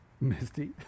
Misty